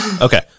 Okay